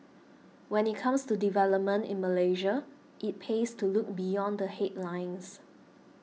when it comes to developments in Malaysia it pays to look beyond the headlines